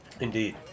Indeed